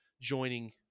joining